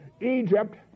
Egypt